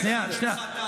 שנייה, שנייה.